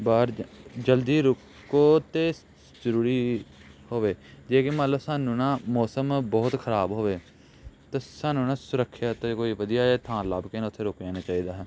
ਬਾਹਰ ਜ ਜਲਦੀ ਰੁਕੋ ਅਤੇ ਜ਼ਰੂਰੀ ਹੋਵੇ ਜੇ ਕਿ ਮੰਨ ਲਓ ਸਾਨੂੰ ਨਾ ਮੌਸਮ ਬਹੁਤ ਖਰਾਬ ਹੋਵੇ ਅਤੇ ਸਾਨੂੰ ਨਾ ਸੁਰੱਖਿਅਤ ਕੋਈ ਵਧੀਆ ਜਿਹਾ ਥਾਂ ਲੱਭ ਕੇ ਨਾ ਉੱਥੇ ਰੁਕ ਜਾਣਾ ਚਾਹੀਦਾ ਹੈ